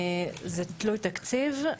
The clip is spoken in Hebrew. זה תלוי תקציב.